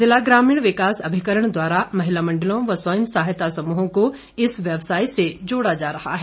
जिला ग्रामीण विकास अभिकरण द्वारा महिला मंडलों व स्वयं सहायता समूहों को इस व्यवसाय से जोड़ा जा रहा है